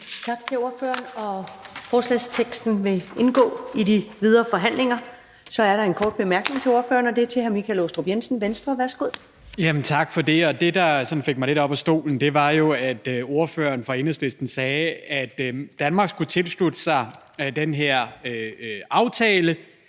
Tak til ordføreren. Det fremsatte forslag til vedtagelse vil indgå i de videre forhandlinger. Så er der en kort bemærkning til ordføreren, og det er til hr. Michael Aastrup Jensen, Venstre. Værsgo. Kl. 15:06 Michael Aastrup Jensen (V): Tak for det. Det, der sådan fik mig lidt op af stolen, var jo, at ordføreren fra Enhedslisten sagde, at Danmark skulle tilslutte sig den her aftale,